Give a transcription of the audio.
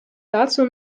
dazu